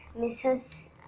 mrs